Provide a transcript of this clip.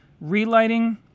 relighting